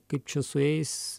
kaip čia su jais